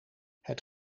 het